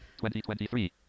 2023